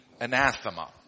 anathema